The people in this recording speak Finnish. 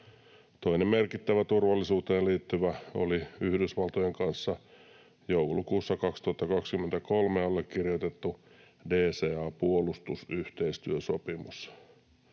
Toinen merkittävä turvallisuuteen liittyvä oli Yhdysvaltojen kanssa joulukuussa 2023 allekirjoitettu DCA-puolustusyhteistyösopimus.